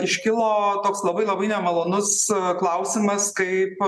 iškilo toks labai labai nemalonus klausimas kaip